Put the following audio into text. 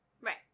Right